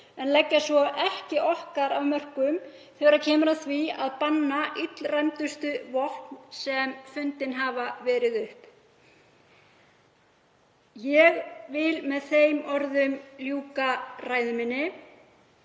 en leggja svo ekki okkar af mörkum þegar kemur að því að banna illræmdustu vopn sem fundin hafa verið upp. Ég vil með þeim orðum ljúka ræðu minni.